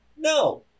No